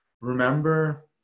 remember